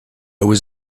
was